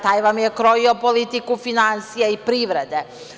Taj vam je krojio politiku finansija i privrede.